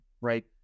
right